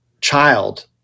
child